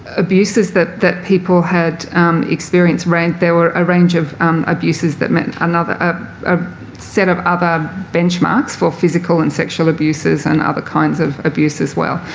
abuses that that people had experienced there were a range of abuses that and ah a set of other benchmarks for physical and sexual abuses and other kinds of abuse as well.